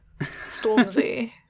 Stormzy